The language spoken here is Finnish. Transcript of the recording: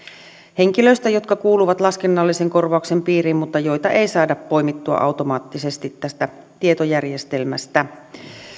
henkilöistä jotka kuuluvat laskennallisen korvauksen piiriin mutta joita ei saada poimittua automaattisesti tästä tietojärjestelmästä